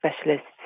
specialists